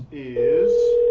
is